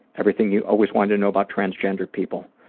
everything you always wanted to know about transgendered people,